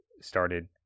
started